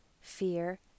fear